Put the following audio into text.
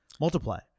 multiply